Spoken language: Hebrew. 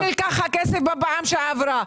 הכסף בפעם שעברה.